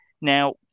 Now